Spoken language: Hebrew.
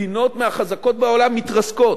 כשמדינות מהחזקות בעולם מתרסקות,